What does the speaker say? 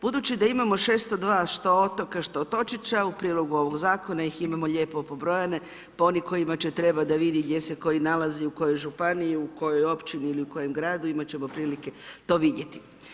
Budući da imamo 602 što otoka što otočića u prilogu ovog Zakona ih imamo lijepo pobrojane, pa oni kojima će trebat da vidi gdje se koji nalazi u kojoj županiji, u kojoj općini ili u kojem gradu, imat ćemo prilike to vidjeti.